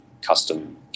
custom